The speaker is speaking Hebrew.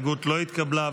התקבלה.